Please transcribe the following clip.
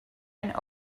and